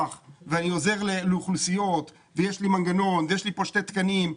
ואני עוזר לאוכלוסיות ויש לי מנגנון ויש לי שני תקנים.